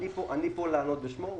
אני כאן לענות בשמו.